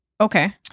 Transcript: Okay